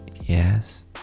Yes